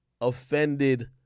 offended